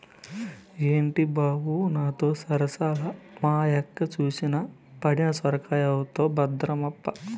ఏంది బావో నాతో పరాసికాలు, మా యక్క సూసెనా పండిన సొరకాయైతవు భద్రమప్పా